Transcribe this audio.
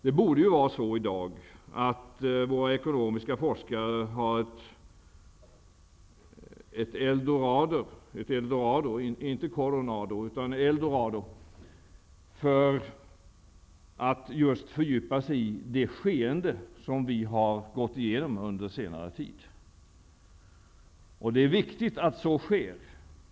Det borde vara så i dag att våra ekonomiska forskare har ett eldorado när det gäller att fördjupa sig i det skeende som vi har gått igenom under senase tid. Det är viktigt att så sker.